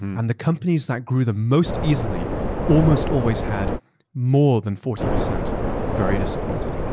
and the companies that grew the most easily almost always had more than forty percent very disappointed.